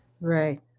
Right